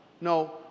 No